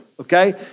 okay